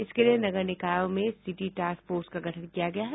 इसके लिए नगर निकायों में सिटी टास्क फोर्स का गठन किया गया है